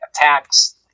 attacks